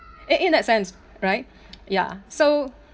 in in that sense right ya so